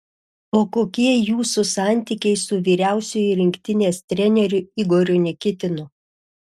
o kokie jūsų santykiai su vyriausiuoju rinktinės treneriu igoriu nikitinu